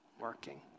working